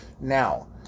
Now